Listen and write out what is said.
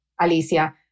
Alicia